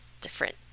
Different